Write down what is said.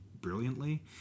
brilliantly